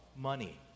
money